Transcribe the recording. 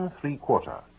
Three-Quarter